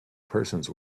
persons